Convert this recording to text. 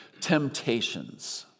temptations